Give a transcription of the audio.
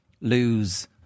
lose